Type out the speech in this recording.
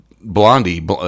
blondie